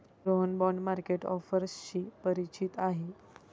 Rohan bond market ऑफर्सशी परिचित आहे